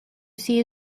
see